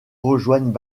rejoignent